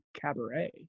cabaret